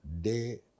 day